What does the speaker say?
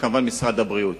וכמובן משרד הבריאות.